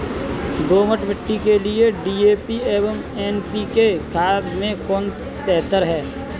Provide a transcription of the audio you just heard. दोमट मिट्टी के लिए डी.ए.पी एवं एन.पी.के खाद में कौन बेहतर है?